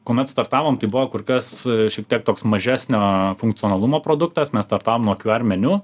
kuomet startavom tai buvo kur kas šiek tiek toks mažesnio funkcionalumo produktas mes startavom nuo qr meniu